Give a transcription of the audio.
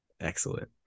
Excellent